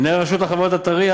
מנהל רשות החברות הטרי,